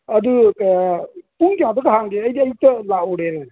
ꯑꯗꯨ ꯄꯨꯡ ꯀꯌꯥꯗꯒ ꯍꯥꯡꯒꯦ ꯑꯩꯗꯤ ꯑꯌꯨꯛꯇ ꯂꯥꯛꯎꯔꯦꯅꯦ